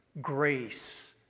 grace